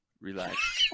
Relax